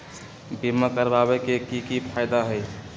बीमा करबाबे के कि कि फायदा हई?